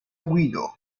guido